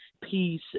peace